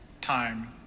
time